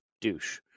douche